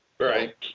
Right